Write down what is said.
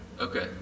Okay